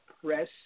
Press